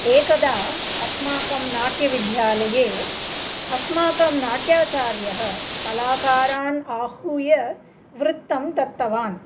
एकदा अस्माकं नाट्यविद्यालये अस्माकं नाट्याचार्यः कलाकारान् आहूय वृत्तं दत्तवान्